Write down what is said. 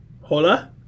hola